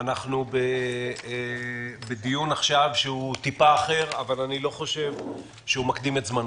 אנחנו עכשיו בדיון שהוא טיפה אחר אבל אני לא חושב שהוא מקדים את זמנו.